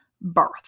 birth